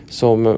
som